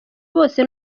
bose